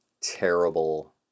terrible